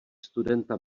studenta